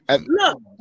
look